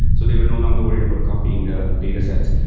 so they were no longer worried about copying the datasets.